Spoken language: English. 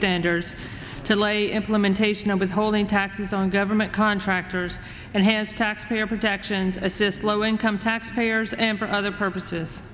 standard to lay implementation of withholding taxes on government contractors and hands taxpayer protections assist low income tax payers and for other purposes